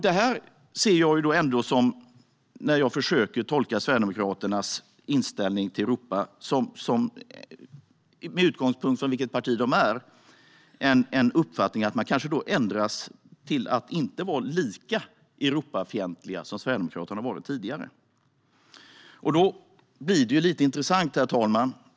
När jag försöker tolka Sverigedemokraternas inställning till Europa med utgångspunkt från vilket parti de är ser jag att deras uppfattning kanske ändrats och att den inte är lika Europafientlig som den har varit tidigare. Detta blir lite intressant, herr talman.